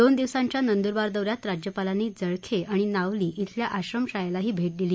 दोन दिवसांच्या नंदुरबार दौऱ्यात राज्यपालांनी जळखे आणि नावली खिल्या आश्रमशाळेलाही भेट दिली